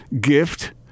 gift